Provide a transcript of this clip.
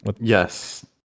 yes